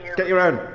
get your own.